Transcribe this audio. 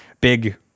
big